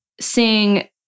seeing